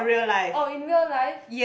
oh in real life